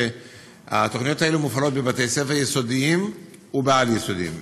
שמופעלות בבתי-ספר יסודיים ועל-יסודיים.